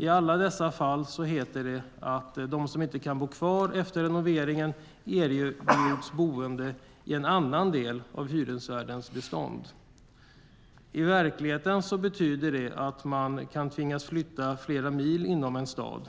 I alla dessa fall heter det att de som inte kan bo kvar efter renoveringen erbjuds boende i en annan del av hyresvärdens bestånd. I verkligheten betyder det att man kan tvingas flytta flera mil inom en stad.